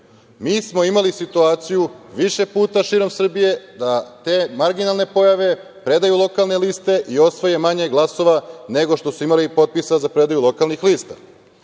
smo imali situaciju više puta širom Srbije da te marginalne pojave, predaju lokalne liste i osvoje manje glasova nego što su imali potpisa za predaju lokalnih lista. Drugo,